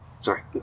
Sorry